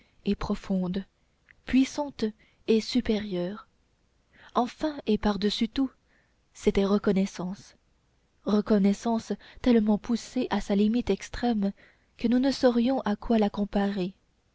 et profonde puissante et supérieure enfin et par-dessus tout c'était reconnaissance reconnaissance tellement poussée à sa limite extrême que nous ne saurions à quoi la comparer